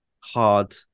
hard